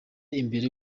imbere